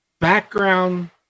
background